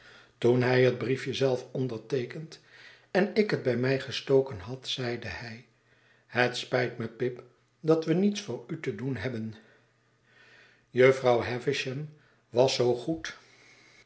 toen hij hetbriefje z elf onderteekend en ik het bij mij gestoken had zeide hij het spijt me pip dat we niets voor u te doen hebben jufvrouw havisham was zoo goed